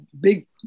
big